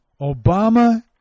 Obama